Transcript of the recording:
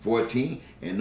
fourteen and